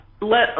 Let